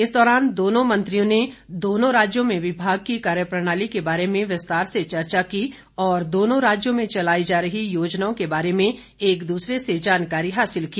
इस दौरान दोनों मंत्रियों ने दोनों राज्यों में विभाग की कार्य प्रणाली के बारे में विस्तार से चर्चा की और दोनों राज्यों में चलाई जा रही योजनाओं के बारे में एक दूसरे से जानकारी हासिल की